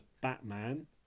batman